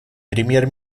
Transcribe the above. премьер